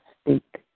speak